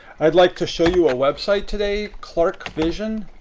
i'd like to show you a website today clarkvision